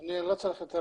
אני לא צריך יותר